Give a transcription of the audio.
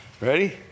Ready